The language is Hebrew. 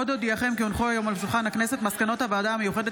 עוד אודיעכם כי הונחו היום על שולחן הכנסת מסקנות הוועדה המיוחדת